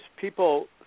people